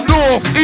North